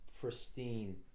pristine